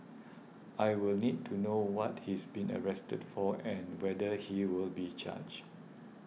I will need to know what he's been arrested for and whether he will be charged